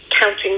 counting